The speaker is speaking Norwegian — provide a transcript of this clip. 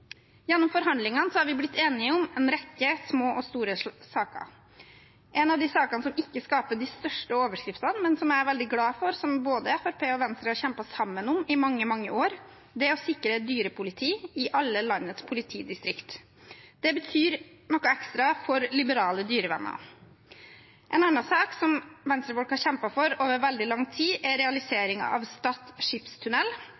Gjennom forhandlingene har vi blitt enige om en rekke små og store saker. En av de sakene som ikke skaper de største overskriftene, men som jeg er veldig glad for, og som Fremskrittspartiet og Venstre har kjempet sammen om i mange år, er å sikre dyrepoliti i alle landets politidistrikt. Det betyr noe ekstra for liberale dyrevenner. En annen sak Venstre-folk har kjempet for over veldig lang tid, er